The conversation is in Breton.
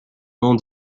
mañ